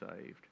saved